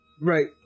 Right